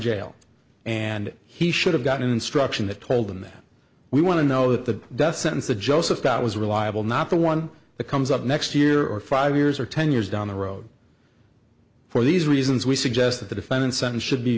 jail and he should have gotten an instruction that told him that we want to know that the death sentence the joseph that was reliable not the one that comes up next year or five years or ten years down the road for these reasons we suggest that the defendant sentence should be